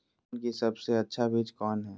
धान की सबसे अच्छा बीज कौन है?